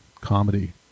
comedy